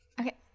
Okay